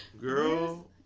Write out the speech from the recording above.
Girl